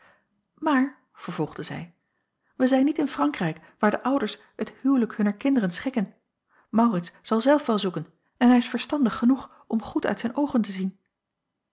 maar vervolgde zij wij zijn niet in frankrijk waar de ouders het huwelijk hunner kinderen schikken maurits zal zelf wel zoeken en hij is verstandig genoeg om goed uit zijn oogen te zien